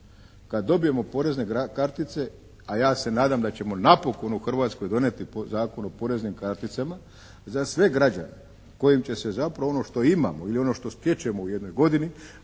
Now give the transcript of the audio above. kad dobijemo porezne kartice a ja se nadam da ćemo napokon u Hrvatskoj donijeti Zakon o poreznim karticama za sve građane kojim će se zapravo ono što imamo ili ono što stječemo u jednoj godini